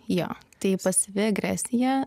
jo tai pasyvi agresija